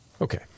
okay